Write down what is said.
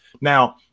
Now